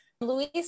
Louise